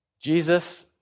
Jesus